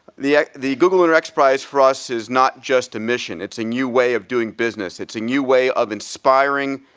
the the google lunar x prize for us is not just a mission, it's a new way of doing business. it's a new way of inspiring